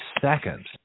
second